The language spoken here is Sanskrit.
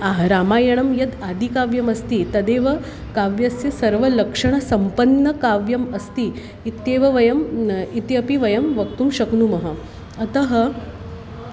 अह रामायणं यद् आदिकाव्यमस्ति तदेव काव्यस्य सर्वलक्षणसम्पन्नकाव्यम् अस्ति इत्येव वयम् इत्यपि वयं वक्तुं शक्नुमः अतः